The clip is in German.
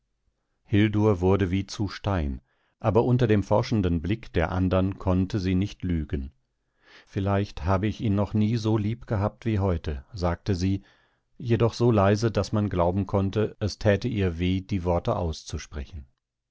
wurde wie zu stein aber unter dem forschenden blick der andern konnte sie nicht lügen vielleicht habe ich ihn noch nie so lieb gehabt wie heute sagte sie jedoch so leise daß man glauben konnte es täte ihr weh die worte auszusprechen